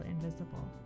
invisible